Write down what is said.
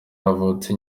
havutse